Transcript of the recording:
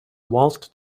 waltzed